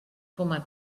fumar